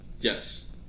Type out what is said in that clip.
Yes